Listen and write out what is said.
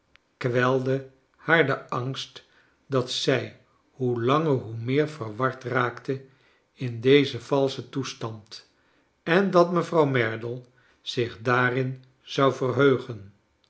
kwelde haar de angst dat zij hoe langer hoe meer verward raakte in dozen valschen toe stand en dat mevrouw merdle zich daarin zou verheugen